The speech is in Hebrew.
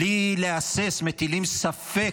בלי להסס, מטילים ספק?